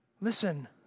Listen